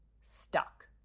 Stuck